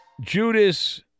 Judas